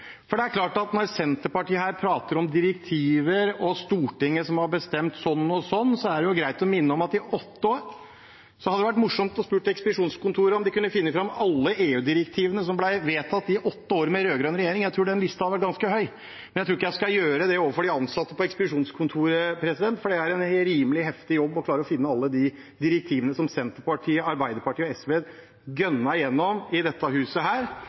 Stortinget som har bestemt sånn og sånn, hadde det vært morsomt å spørre Stortingets ekspedisjonskontor om de kunne finne fram alle EU-direktivene som ble vedtatt i de åtte årene med rød-grønn regjering; jeg tror den listen hadde vært ganske lang. Men jeg tror ikke jeg skal gjøre det overfor de ansatte på ekspedisjonskontoret, for det er en rimelig heftig jobb å klare å finne alle direktivene som Senterpartiet, Arbeiderpartiet og SV «gunnet» gjennom i dette huset